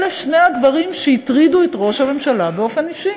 אלה שני הדברים שהטרידו את ראש הממשלה באופן אישי.